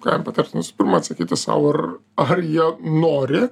ką jiem patart nu pirma atsakyti sau ar ar jie nori